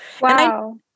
Wow